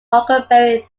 huckleberry